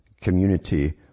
community